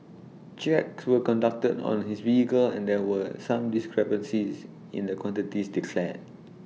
checks were conducted on his vehicle and there were some discrepancies in the quantities declared